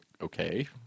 okay